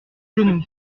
genoux